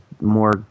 more